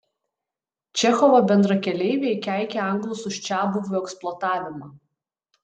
čechovo bendrakeleiviai keikė anglus už čiabuvių eksploatavimą